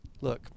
Look